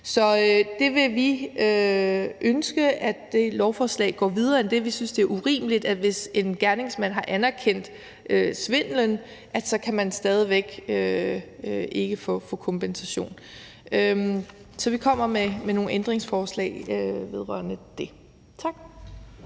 Så det er vores ønske, at lovforslaget går videre end det her. Vi synes, at det er urimeligt, at man, hvis en gerningsmand har erkendt svindelen, så stadig væk ikke kan få kompensation. Så vi kommer med nogle ændringsforslag vedrørende det. Tak.